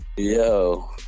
Yo